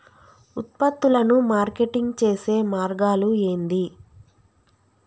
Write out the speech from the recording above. ఉత్పత్తులను మార్కెటింగ్ చేసే మార్గాలు ఏంది?